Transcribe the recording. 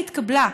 היא התקבלה,